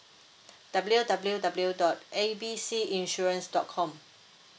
W W W dot A B C insurance dot com